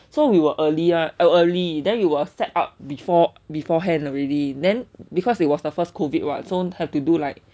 so we were early mah early then you will set up before beforehand already then because it was the first COVID [what] so have to do like